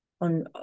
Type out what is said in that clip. on